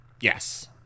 Yes